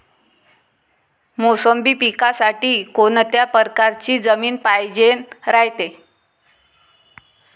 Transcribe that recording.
मोसंबी पिकासाठी कोनत्या परकारची जमीन पायजेन रायते?